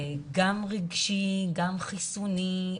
גם רגשי, גם חיסוני,